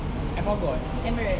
I forgot